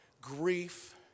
grief